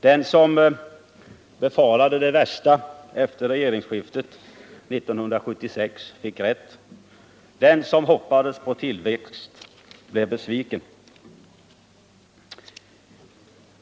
Den som befarade det värsta efter regeringsskiftet 1976 fick rätt. Den som hoppades på tillväxt blev besviken.